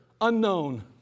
unknown